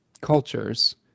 cultures